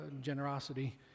generosity